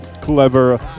clever